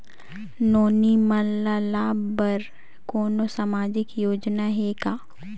नोनी मन ल लाभ बर कोनो सामाजिक योजना हे का?